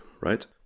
right